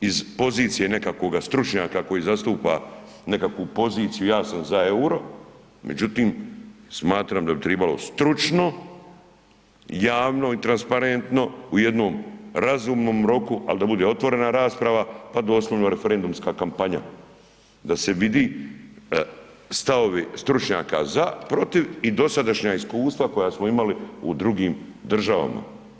iz pozicije nekakvog stručnjaka koji zastupa nekakvu poziciju, ja sam za EUR-o, međutim smatram da bi tribalo stručno, javno i transparentno u jednom razumnom roku, ali da bude otvorena rasprava pa doslovno referendumska kapanja da se vidi stavovi stručnjaka za, protiv i dosadašnja iskustva koja smo imali u drugim državama.